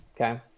Okay